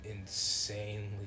insanely